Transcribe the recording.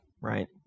right